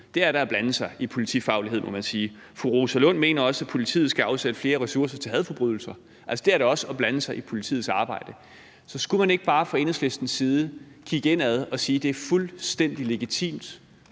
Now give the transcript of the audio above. Det er da at blande sig i politifaglighed, må man sige. Fru Rosa Lund mener også, at politiet skal afsætte flere ressourcer til hadforbrydelser. Det er da også at blande sig i politiets arbejde. Så skulle man fra Enhedslistens side ikke bare kigge indad og sige, at det selvfølgelig er fuldstændig legitimt,